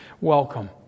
welcome